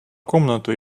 комнату